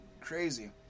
crazy